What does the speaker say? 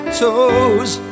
toes